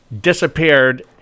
disappeared